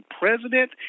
president